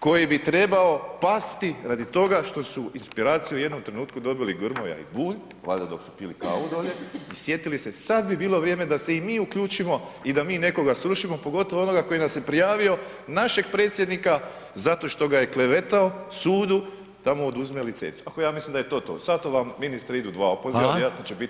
koji bi trebao pasti radi toga što su inspiraciju u jednom trenutku dobili Grmoja i Bulj valjda dok su pili kavu dolje i sjetili se sad bi bilo vrijeme da se i mi uključimo i da mi nekoga srušimo, pogotovo onoga koji nas je prijavio, našeg predsjednika, zato što ga je klevetao sudu da mu oduzme licencu, ako ja mislim da je to to, zato vam ministre idu dva opoziva [[Upadica: Hvala]] vjerojatno će biti i treći.